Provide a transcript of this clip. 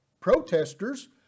protesters